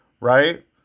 right